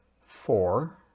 four